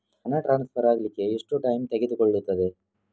ಹಣ ಟ್ರಾನ್ಸ್ಫರ್ ಅಗ್ಲಿಕ್ಕೆ ಎಷ್ಟು ಟೈಮ್ ತೆಗೆದುಕೊಳ್ಳುತ್ತದೆ?